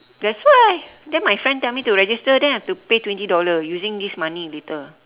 that's why then my friend tell me to register then I have to pay twenty dollar using this money later